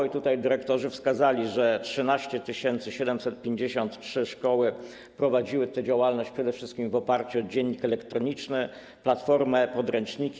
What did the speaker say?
I tutaj dyrektorzy wskazali, że 13 753 szkoły prowadziły tę działalność przede wszystkim w oparciu o dziennik elektroniczny, platformę e-podręczniki.